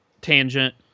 tangent